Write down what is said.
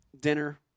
dinner